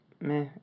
meh